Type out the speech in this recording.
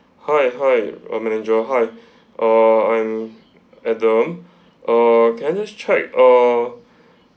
hi hi err manager hi err I'm adam err can I just check err